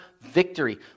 victory